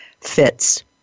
fits